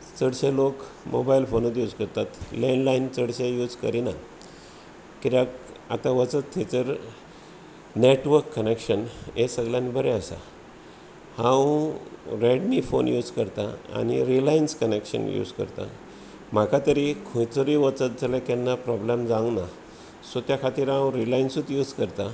चडशे लोक मोबायल फोनूच यूज करतात लँडलायन चडशे यूज करिनात कित्याक आतां वचत थंयसर नेटवर्क कनेक्शन हें सगळ्यांत बरें आसा हांव रेडमी फोन यूज करतां आनी रिलायंस कनेक्शन यूज करतां म्हाका तरी खंयसरी वचत जाल्यार केन्ना प्रोब्लम जावंक ना सो त्या खातीर हांव रिलायंसूच यूज करतां